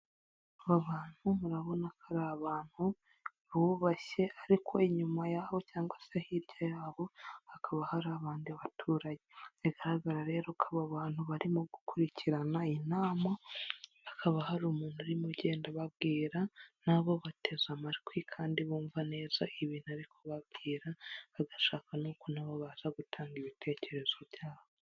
Aba bantu murabona ko ari abantu bubashye ariko inyuma yaho cyangwa se hirya yabo hakaba hari abandi baturage, bigaragara rero ko aba bantu barimo gukurikirana inama, hakaba hari umuntu urimo ugenda babwira na bo bateze amatwi kandi bumva neza ibintu bari kubababwira, bagashaka n'uko na bo baza gutanga ibitekerezo byabo.